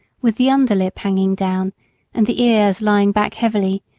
with the under lip hanging down and the ears lying back heavily,